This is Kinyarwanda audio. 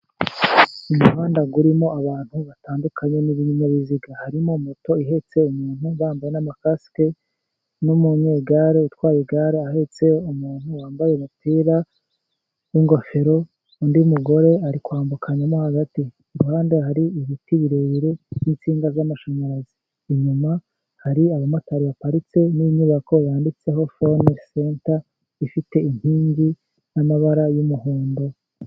Mu muhanda urimo abantu batandukanye n'ibinyabiziga, harimo moto ihetse umuntu bambaye n'amakasike n'umunyegare utwaye igare, ahetse umuntu wambaye umupira w'ingofero, undi mugore ari kwambukanya hagati, iruhande hari ibiti birebire by'insinga z'amashanyarazi, inyuma hari abamotari baparitse n'inyubako yanditseho fone seta, ifite inkingi n'amabara y'umuhondo